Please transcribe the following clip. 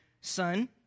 Son